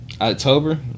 October